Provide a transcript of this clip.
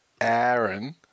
Aaron